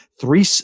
three